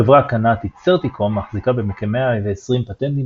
החברה הקנדית Certicom מחזיקה בכמאה ועשרים פטנטים